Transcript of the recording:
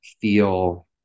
feel